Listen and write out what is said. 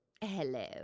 Hello